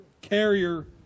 carrier